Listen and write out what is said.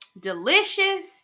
Delicious